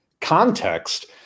context